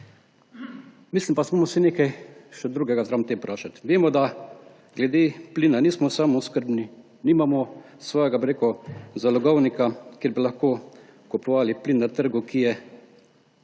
Mislim, da se moramo še nekaj drugega vprašati. Vemo, da glede plina nismo samooskrbni, nimamo svojega, bi rekel, zalogovnika, kjer bi lahko kupovali plin na trgu, ki je